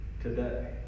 today